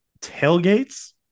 Tailgates